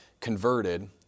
converted